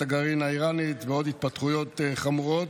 הגרעין האיראנית ועוד התפתחויות חמורות.